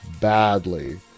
badly